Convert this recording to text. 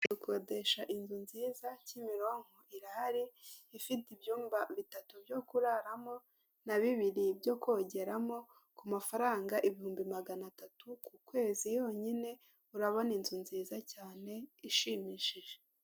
Isoko rifite ibicuruzwa bitandukanye by'imitako yakorewe mu Rwanda, harimo uduseke twinshi n'imitako yo mu ijosi, n'imitako yo kumanika mu nzu harimo n'ibibumbano bigiye bitandukanye n'udutebo.